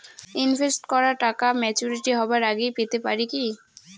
Invest করা টাকা maturity হবার আগেই পেতে পারি কি?